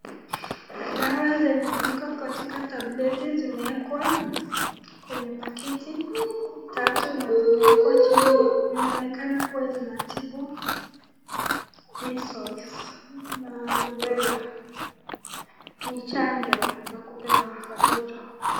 Dawa zenye ziko katika tableti zimewekwa, kwenye pakiti tatu na zinaonekana kuwa zinatibu measles , na rubela, ni chanjo za kupewa watoto.